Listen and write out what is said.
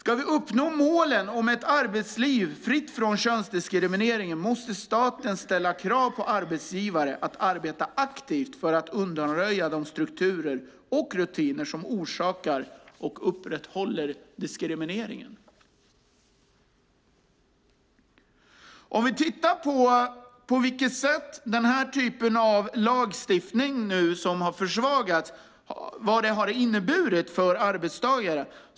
Om vi ska uppnå målet om ett arbetsliv fritt från könsdiskriminering måste staten ställa krav på arbetsgivare att aktivt arbeta för att undanröja de strukturer och rutiner som orsakar och upprätthåller diskrimineringen. Vi kan titta på vad den typ av lagstiftning som nu försvagats har inneburit för arbetstagare.